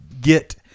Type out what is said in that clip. Get